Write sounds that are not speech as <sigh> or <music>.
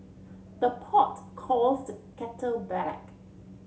the pot calls the kettle <unintelligible>